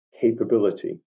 capability